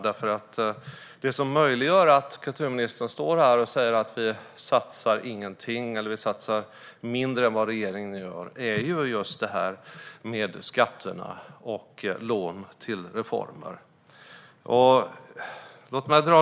Det som möjliggör att kulturministern står här och säger att vi inte satsar någonting eller att vi satsar mindre än regeringen gör har att göra med just skatterna och lån till reformer.